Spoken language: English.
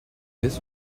this